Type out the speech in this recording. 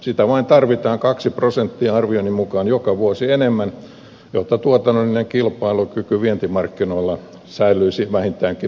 sitä vain tarvitaan kaksi prosenttia arvioni mukaan joka vuosi enemmän jotta tuotannollinen kilpailukyky vientimarkkinoilla säilyisi vähintäänkin entisen kaltaisena